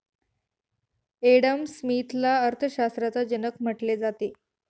Adam स्मिथला अर्थशास्त्राचा जनक म्हटले जाते